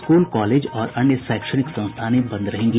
school college और अन्य शैक्षणिक संस्थानें बंद रहेंगी